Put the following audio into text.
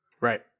Right